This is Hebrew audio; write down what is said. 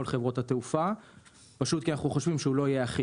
חברות התעופה וזאת משום שאנחנו חושבים שהוא לא יהיה אכיף.